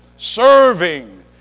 serving